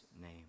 name